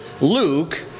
Luke